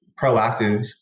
proactive